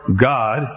God